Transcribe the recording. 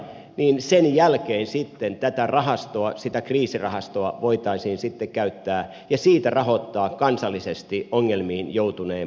viimisen jälkeen sitten tätä rahastoa siitä kriisirahastoa voitaisiin käyttää ja siitä rahoittaa kansallisesti ongelmiin joutuneen pankin tilannetta